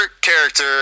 character